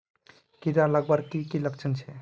कीड़ा लगवार की की लक्षण छे?